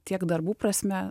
tiek darbų prasme